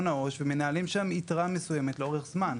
העו"ש ומנהלים שם יתרה מסוימת לאורך זמן.